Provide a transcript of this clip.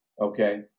Okay